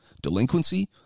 delinquency